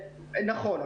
נכון.